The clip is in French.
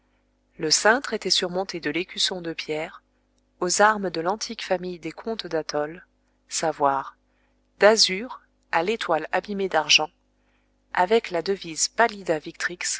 le cintre était surmonté de l'écusson de pierre aux armes de l'antique famille des comtes d'athol savoir d'azur à l'étoile abîmée d'argent avec la devise pallida